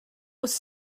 was